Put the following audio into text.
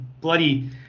bloody